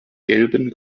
gelben